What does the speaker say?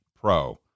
pro